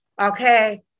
Okay